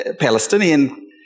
Palestinian